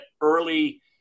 early